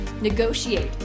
negotiate